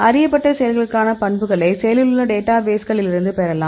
அறியப்பட்ட செயல்களுக்கான பண்புகளை செயலில் உள்ள டேட்டாபேஸ்களிலிருந்து பெறலாம்